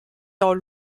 dans